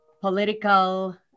political